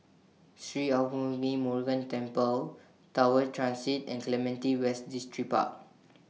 Sri Arulmigu Murugan Temple Tower Transit and Clementi West Distripark